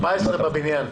14 בבנייה.